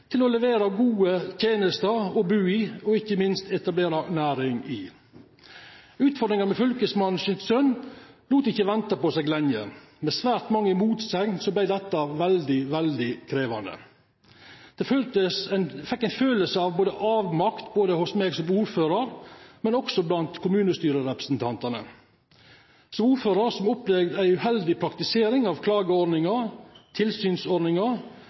til å levere gode tjenester og å bo i og ikke minst etablere næring i. Utfordringene med Fylkesmannens skjønn lot ikke vente lenge på seg. Med svært mange innsigelser ble dette veldig, veldig krevende. Det ble en følelse av avmakt hos meg som ordfører, men også blant kommunestyrerepresentantene. Som ordfører opplevde jeg en uheldig praktisering av